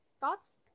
thoughts